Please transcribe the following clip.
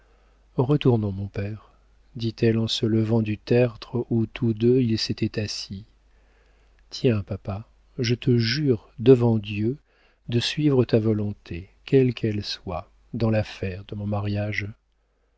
gravement retournons mon père dit-elle en se levant du tertre où tous deux ils s'étaient assis tiens papa je te jure devant dieu de suivre ta volonté quelle qu'elle soit dans l'affaire de mon mariage